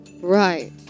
Right